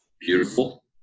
beautiful